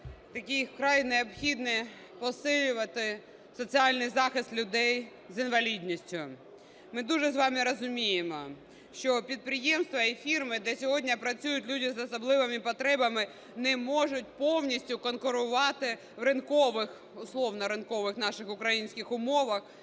вкрай необхідно посилювати соціальний захист людей з інвалідністю. Ми дуже з вами розуміємо, що підприємства і фірми, де сьогодні працюють люди з особливими потребами, не можуть повністю конкурувати в ринкових, условно, ринкових